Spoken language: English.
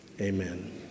Amen